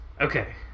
Okay